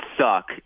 suck